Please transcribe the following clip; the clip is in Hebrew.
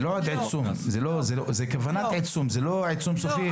זה כוונת עיצום, זה לא עיצום סופי.